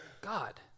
God